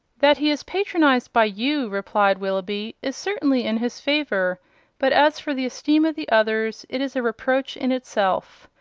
that he is patronised by you, replied willoughby, is certainly in his favour but as for the esteem of the others, it is a reproach in itself.